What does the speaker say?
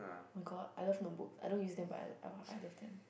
[oh]-my-god I love notebooks I don't use them but I !wah! I love them